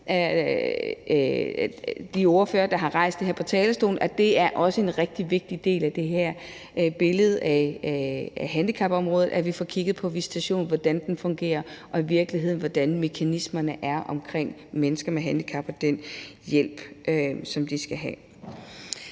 de ordførere, der har rejst det her spørgsmål på talerstolen, for det er også en rigtig vigtig del af det her billede af handicapområdet, at vi får kigget på visitationen og på, hvordan den fungerer, og i virkeligheden på, hvordan mekanismerne er omkring mennesker med handicap og den hjælp, som de skal have.